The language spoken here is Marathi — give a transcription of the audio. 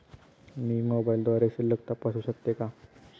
मी मोबाइलद्वारे शिल्लक तपासू शकते का?